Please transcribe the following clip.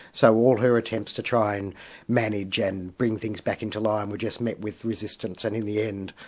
so all her attempts to try and manage and bring things back into line were just met with resistance and in the end,